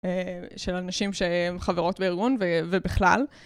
של אנשים שהן חברות בארגון ובכלל